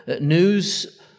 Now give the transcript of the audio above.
news